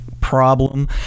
problem